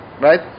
right